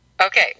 Okay